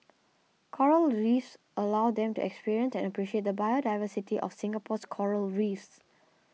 coral Reefs allows them to experience and appreciate the biodiversity of Singapore's Coral Reefs